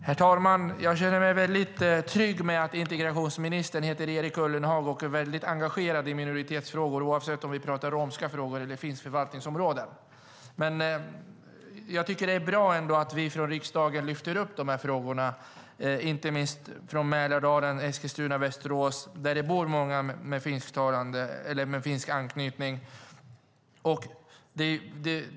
Herr talman! Jag känner mig väldigt trygg med att integrationsministern heter Erik Ullenhag och är väldigt engagerad i minoritetsfrågor, oavsett om vi pratar om romska frågor eller finska förvaltningsområden. Jag tycker att det är bra att vi i riksdagen lyfter upp de här frågorna, inte minst vi från Mälardalen, Eskilstuna och Västerås där det bor många med finsk anknytning.